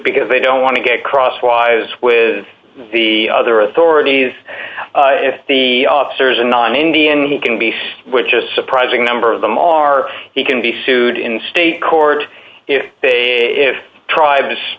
because they don't want to get crosswise with the other authorities if the officer is a non indian he can be seen which a surprising number of them are he can be sued in state court if they if tribes